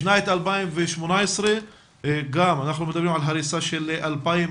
בשנת 2018 גם, אנחנו מדברים על הריסה של 2,226,